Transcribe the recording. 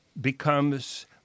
becomes